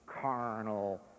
carnal